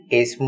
es